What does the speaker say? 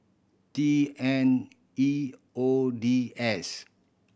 T N E O D S